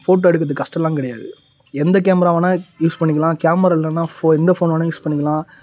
photo எடுக்கிறது கஷ்டம்லாம் கிடையாது எந்த கேமரா வேணால் யூஸ் பண்ணிக்கலாம் கேமரா இல்லைனா ஃபோ எந்த ஃபோன் வேணால் யூஸ் பண்ணிக்கலாம்